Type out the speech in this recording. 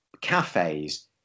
cafes